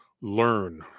learn